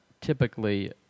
typically